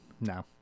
No